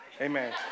Amen